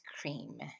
cream